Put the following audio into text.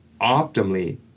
optimally